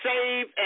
save